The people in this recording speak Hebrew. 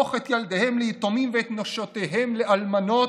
הפוך את ילדיהם ליתומים ואת נשותיהם לאלמנות,